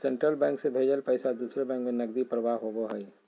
central bank से भेजल पैसा दूसर बैंक में नकदी प्रवाह होबो हइ